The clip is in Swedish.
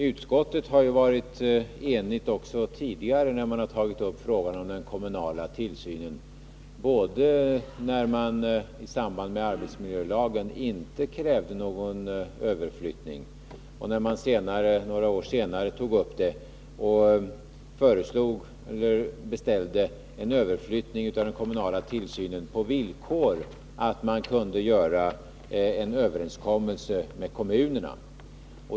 Utskottet har ju varit enigt också tidigare när man tagit upp frågan om den kommunala tillsynen — både när man i samband med arbetsmiljölagen inte krävde någon överflyttning och när man några år senare beställde en överflyttning av den kommunala tillsynen, på villkor att man kunde nå en överenskommelse med kommunerna.